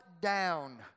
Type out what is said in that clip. down